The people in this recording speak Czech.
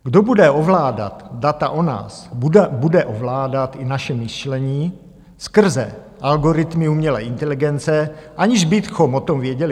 Kdo bude ovládat data o nás, bude ovládat i naše myšlení skrze algoritmy umělé inteligence, aniž bychom o tom věděli.